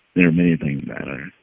there are many things that are,